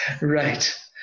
Right